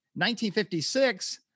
1956